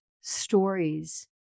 stories